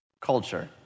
culture